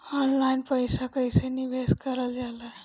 Online पईसा कईसे निवेश करल जाला?